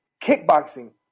kickboxing